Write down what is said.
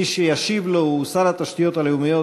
מי שישיב לו הוא שר התשתיות הלאומיות,